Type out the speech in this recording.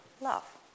love